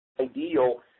ideal